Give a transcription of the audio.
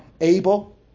able